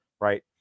right